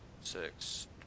six